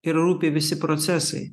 ir rūpi visi procesai